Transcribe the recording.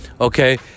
okay